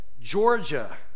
Georgia